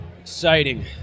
exciting